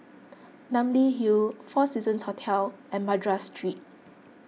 Namly Hill four Seasons Hotel and Madras Street